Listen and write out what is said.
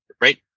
right